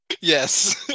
Yes